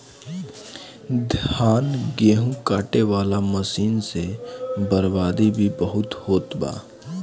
धान, गेहूं काटे वाला मशीन से बर्बादी भी बहुते होत बा